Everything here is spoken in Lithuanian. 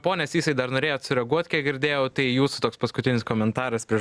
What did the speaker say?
pone sysai dar norėjot sureaguot kiek girdėjau tai jūsų toks paskutinis komentaras prieš